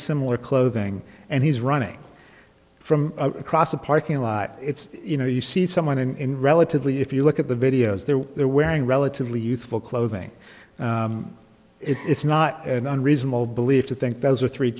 similar clothing and he's running from across a parking lot it's you know you see someone in relatively if you look at the video they're wearing relatively youthful clothing it's not an unreasonable believe to think those are three